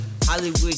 Hollywood